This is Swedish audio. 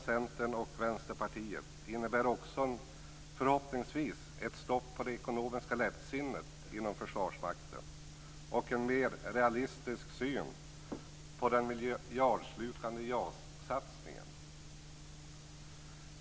Centern och Vänsterpartiet innebär också, förhoppningsvis, ett stopp på det ekonomiska lättsinnet inom Försvarsmakten och en mer realistisk syn på den miljardslukande JAS-satsningen.